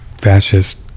fascist